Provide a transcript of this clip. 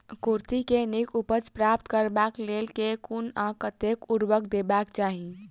कुर्थी केँ नीक उपज प्राप्त करबाक लेल केँ कुन आ कतेक उर्वरक देबाक चाहि?